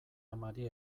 amari